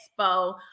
Expo